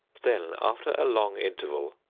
then, after a long interval,